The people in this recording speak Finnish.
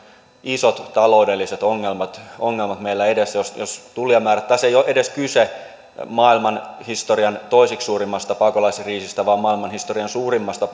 isot taloudelliset ongelmat ongelmat meillä edessä jos tulijamäärät kasvavat tässä ei ole edes kyse maailmanhistorian toiseksi suurimmasta pakolaiskriisistä vaan maailmanhistorian suurimmasta